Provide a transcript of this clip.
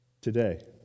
today